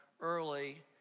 early